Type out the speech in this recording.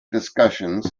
discussions